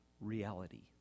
reality